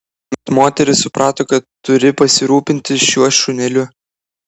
tuomet moteris suprato kad turi pasirūpinti šiuo šuneliu